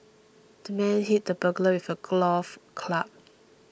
the man hit the burglar with a golf club